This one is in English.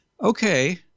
Okay